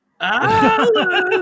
Alan